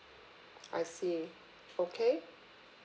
I see okay